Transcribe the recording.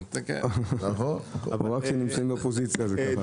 אבל רק כשנמצאים באופוזיציה זה ככה...